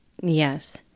Yes